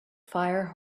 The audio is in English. fire